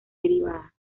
derivadas